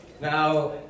Now